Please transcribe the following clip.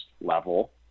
level